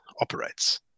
operates